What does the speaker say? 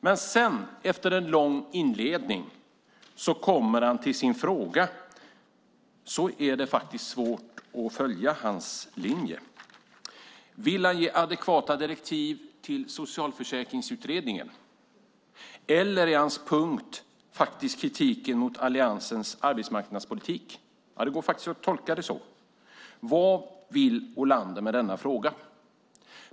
Men sedan, efter en lång inledning, kommer han till sin fråga. Då är det svårt att följa hans linje. Vill han ge adekvata direktiv till Socialförsäkringsutredningen? Eller är hans punkt kritiken mot Alliansens arbetsmarknadspolitik? Det går faktiskt att tolka det så. Vad vill Olander med denna fråga?